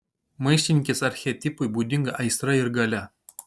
maištininkės archetipui būdinga aistra ir galia